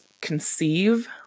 conceive